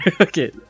Okay